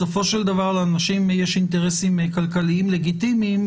בסופו של דבר לאנשים יש אינטרסים כלכליים לגיטימיים,